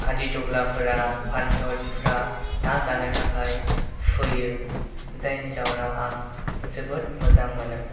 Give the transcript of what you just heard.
हादिद'ग्लाफोरा फानफेवालिफोरा ना जानो थाखाय फैयो जायनि जाहोनाव आं जोबोद मोजां मोनो